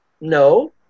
no